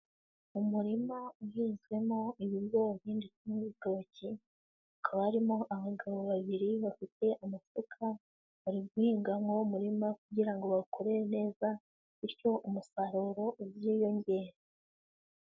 Umurima uhinzwemo ibigori n'ibitoki, hakaba harimo abagabo babiri bafite amasuka bari guhinga muri uwo murima kugira ngo bawukorere neza bityo umusaruro uziyongere.